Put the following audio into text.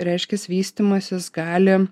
reiškias vystymąsis gali